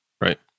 Right